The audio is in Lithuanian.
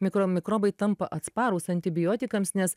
mikro mikrobai tampa atsparūs antibiotikams nes